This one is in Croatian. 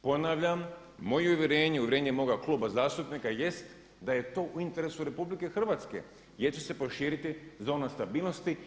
Ponavljam moj je uvjerenje i uvjerenje moga kluba zastupnika jest da je to u interesu RH gdje će se proširiti zona stabilnosti.